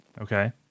okay